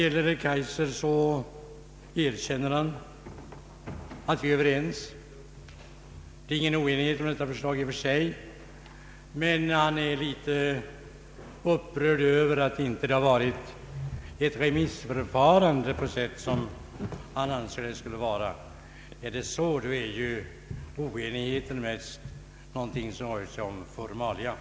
Herr Kaijser erkänner att det inte råder någon oenighet i och för sig om det föreliggande förslaget, men han är en smula upprörd över att det inte har varit något remissförfarande i ärendet. Ja, om det bara är på den punkten som vi inte är eniga, så är det ju ingenting annat än formalia det rör sig om.